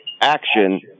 action